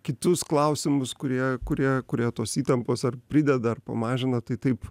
kitus klausimus kurie kurie kurie tos įtampos ar prideda ar pamažina tai taip